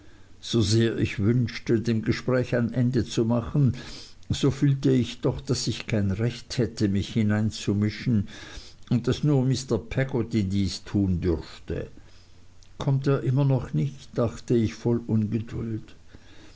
so sehr ich wünschte dem gespräch ein ende zu machen so fühlte ich doch daß ich kein recht hätte mich hineinzumischen und daß nur mr peggotty dies tun dürfte kommt er immer noch nicht dachte ich voll ungeduld